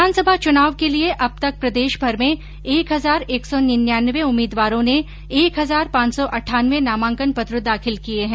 विधानसभा चुनाव के लिये अब तक प्रदेशभर में एक हजार एक सौ निन्यानवें उम्मीदवारों ने एक हजार पॉच सौ अठानवे नामांकन पत्र दाखिल किये हैं